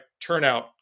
turnout